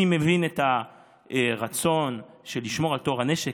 אני מבין את הרצון לשמור על טוהר הנשק,